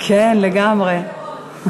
כן לגמרי.